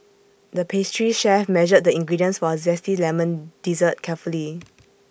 the pastry chef measured the ingredients for A Zesty Lemon Dessert carefully